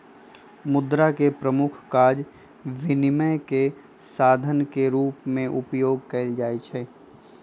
मुद्रा के प्रमुख काज विनिमय के साधन के रूप में उपयोग कयल जाइ छै